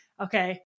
Okay